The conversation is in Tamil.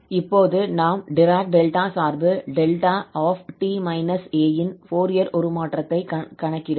இப்போது நாம் டிராக் டெல்டா சார்பு 𝛿𝑡 − 𝑎 ன் ஃபோரியர் உருமாற்றத்தைக் கணக்கிடுவோம்